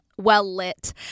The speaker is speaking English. well-lit